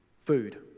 food